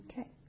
Okay